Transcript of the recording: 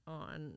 on